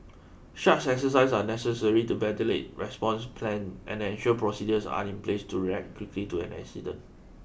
such exercises are necessary to validate response plan and ensure procedures are in place to react quickly to an incident